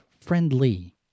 friendly